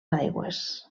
aigües